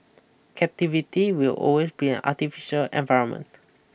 captivity will always be an artificial environment